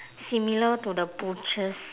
similar to the butcher's